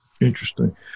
Interesting